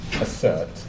Assert